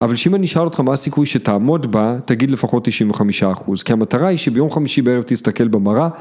אבל שאם אני שואל אותך מה הסיכוי שתעמוד בה, תגיד לפחות 95%. כי המטרה היא שביום חמישי בערב תסתכל במראה..